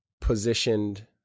positioned